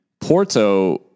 Porto